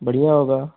बढ़िया होगा